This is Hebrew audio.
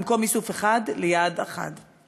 ממקום איסוף אחד ליעד אחד.